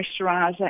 moisturizer